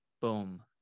boom